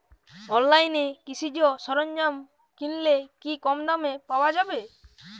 অনলাইনে কৃষিজ সরজ্ঞাম কিনলে কি কমদামে পাওয়া যাবে?